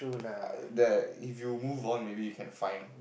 I that if you move on maybe you can find